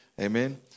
Amen